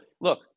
look